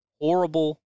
horrible